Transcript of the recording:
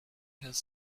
has